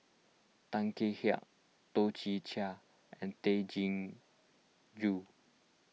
Tan Kek Hiang Toh Chin Chye and Tay Chin Joo